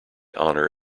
honour